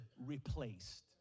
replaced